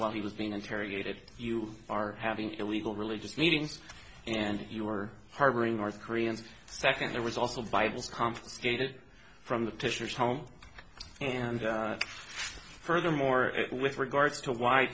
while he was being interrogated you are having the legal religious meetings and you were harboring north koreans second there was also bibles confiscated from the pitcher's home and furthermore it with regards to wh